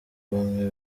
bamwe